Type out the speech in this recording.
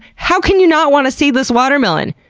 how can you not want a seedless watermelon?